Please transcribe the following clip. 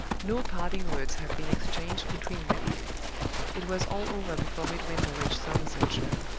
no parting words have been exchanged between them it was all over before midwinter reached somersetshire.